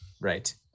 Right